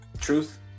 Truth